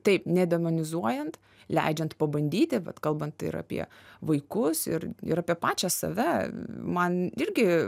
taip nedemonizuojant leidžiant pabandyti vat kalbant ir apie vaikus ir ir apie pačią save man irgi